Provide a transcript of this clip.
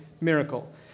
miracle